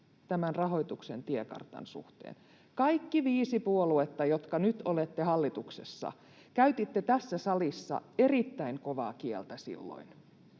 tämän rahoituksen tiekartan suhteen. Kaikki te viisi puoluetta, jotka nyt olette hallituksessa, käytitte tässä salissa erittäin kovaa kieltä silloin.